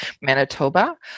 manitoba